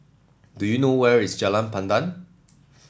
do you know where is Jalan Pandan